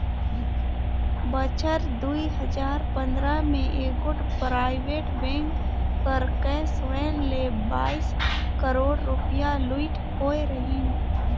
बछर दुई हजार पंदरा में एगोट पराइबेट बेंक कर कैस वैन ले बाइस करोड़ रूपिया लूइट होई रहिन